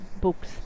books